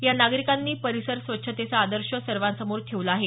या नागरिकांनी परिसर स्वच्छतेचा आदर्श सर्वांसमोर ठेवला आहे